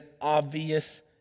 obvious